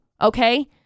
okay